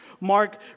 Mark